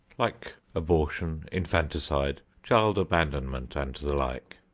like abortion, infanticide, child abandonment and the like.